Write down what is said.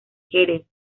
jerez